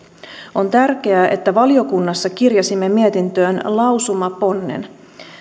on tärkeää että valiokunnassa kirjasimme mietintöön lausumaponnen